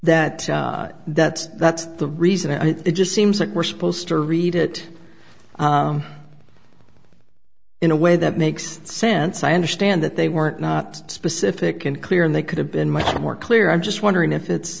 that that that's the reason i think it just seems like we're supposed to read it in a way that makes sense i understand that they weren't not specific and clear and they could have been much more clear i'm just wondering if it's